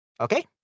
okay